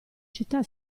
città